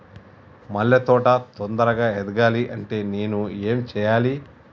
మల్లె తోట తొందరగా ఎదగాలి అంటే నేను ఏం చేయాలి?